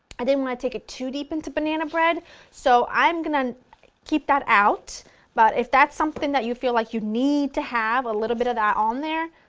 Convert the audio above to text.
i didn't want to take it too deep into banana bread so i'm going to keep that out but if that's something that you feel like you need to have a little bit of that on there,